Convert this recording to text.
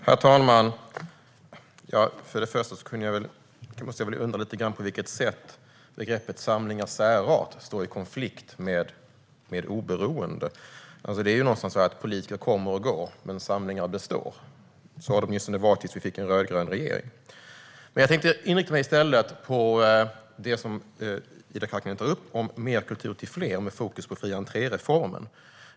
Herr talman! För det första undrar jag lite grann på vilket sätt begreppet samlingars särart står i konflikt med oberoende. Det är ju någonstans så att politiker kommer och går, men samlingar består. Så har det åtminstone varit tills vi fick en rödgrön regering. Men jag tänkte i stället inrikta mig på det som Ida Karkiainen tar upp: mer kultur till fler, med fokus på fri-entré-reformen.